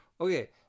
okay